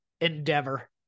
Endeavor